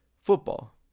football